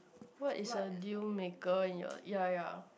what's a deal maker in your ya ya